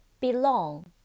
Belong